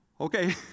okay